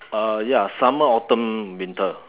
uh ya summer autumn winter